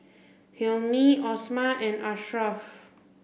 Hilmi Omar and Ashraff